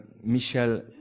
Michel